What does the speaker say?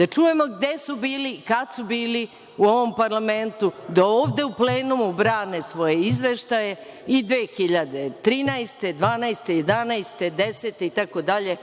Da čujemo gde su bili, kad su bili u ovom parlamentu da ovde u plenumu brane svoje izveštaje i 2013, 2012, 2011, 2010. itd,